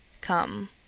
come